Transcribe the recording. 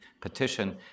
petition